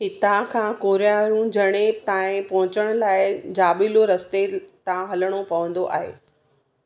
हितां खां कोरियारू झरणे ताईं पहुचण लाइ जाॿिलू रस्ते तां हलणो पवंदो आहे